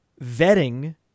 vetting